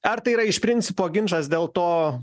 ar tai yra iš principo ginčas dėl to